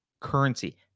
currency